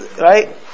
right